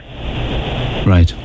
Right